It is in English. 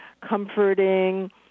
comforting